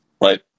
Right